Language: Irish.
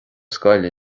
scoil